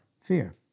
Fear